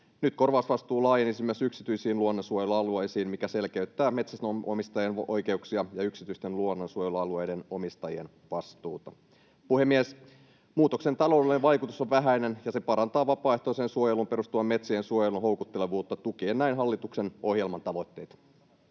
Nyt korvausvastuu laajenisi myös yksityisiin luonnonsuojelualueisiin, mikä selkeyttää metsänomistajien oikeuksia ja yksityisten luonnonsuojelualueiden omistajien vastuuta. Puhemies! Muutoksen taloudellinen vaikutus on vähäinen, ja se parantaa vapaaehtoiseen suojeluun perustuvan metsien suojelun houkuttelevuutta tukien näin hallituksen ohjelman tavoitteita.